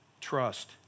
trust